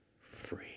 free